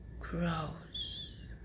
grows